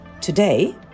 Today